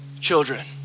children